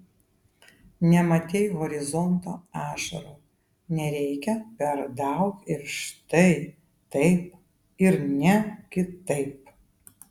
nematei horizonto ašarų nereikia per daug ir štai taip ir ne kitaip